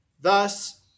Thus